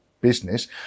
business